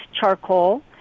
charcoal